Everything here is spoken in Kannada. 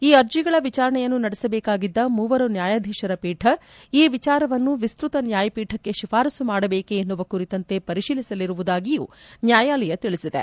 ಈ ಅರ್ಜಿಗಳ ವಿಚಾರಣೆಯನ್ನು ನಡೆಸಬೇಕಾಗಿದ್ದ ಮೂವರು ನ್ಯಾಯಾಧೀಶರ ಪೀಠ ಈ ವಿಚಾರವನ್ನು ವಿಸ್ತತ ನ್ಯಾಯಪೀಠಕ್ಕೆ ಶಿಫಾರಸ್ಲು ಮಾಡಬೇಕೆ ಎನ್ನುವ ಕುರಿತಂತೆ ಪರಿಶೀಲಿಸಲಿರುವುದಾಗಿಯೂ ನ್ಯಾಯಾಲಯ ತಿಳಿಸಿದೆ